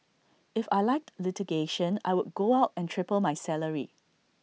if I liked litigation I would go out and triple my salary